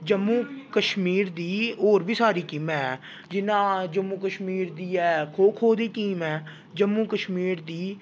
जम्मू कश्मीर दी होर बी साढ़ी टीमां हैन जि'यां जम्मू कश्मीर दी ऐ खो खो दी टीम ऐ जम्मू कश्मीर दी